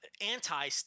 anti